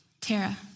Tara